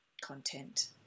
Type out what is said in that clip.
content